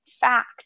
fact